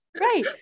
right